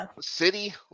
City